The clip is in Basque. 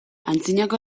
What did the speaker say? antzinako